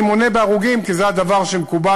אני מונה בהרוגים, כי זה הדבר שמקובל.